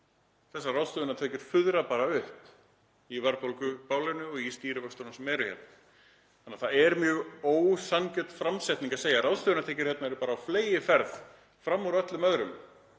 Þessar ráðstöfunartekjur fuðra bara upp í verðbólgubálinu í stýrivöxtunum sem eru hérna þannig að það er mjög ósanngjörn framsetning að segja að ráðstöfunartekjur séu á fleygiferð, fram úr öllum öðrum,